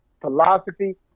philosophy